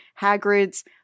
Hagrid's